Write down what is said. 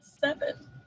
Seven